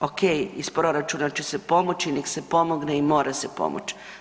okej iz proračuna će se pomoći, nek se pomogne i mora se pomoć.